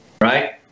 Right